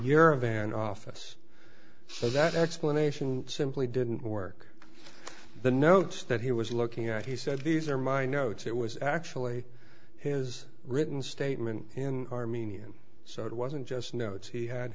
year of an office so that explanation simply didn't work the notes that he was looking at he said these are my notes it was actually his written statement in armenian so it wasn't just notes he had